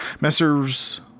Messrs